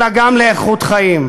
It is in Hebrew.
אלא גם לאיכות חיים.